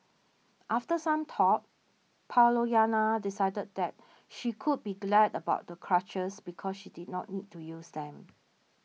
after some thought Pollyanna decided that she could be glad about the crutches because she did not need to use them